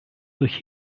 durch